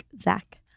Zach